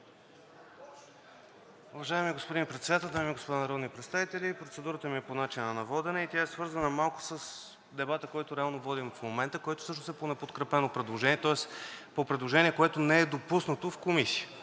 Уважаеми господин Председател, дами и господа народни представители! Процедурата ми е по начина на водене и тя е свързана малко с дебата, който реално водим в момента, който всъщност е по неподкрепено предложение. Тоест по предложение, което не е допуснато в Комисията,